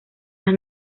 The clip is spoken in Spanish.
las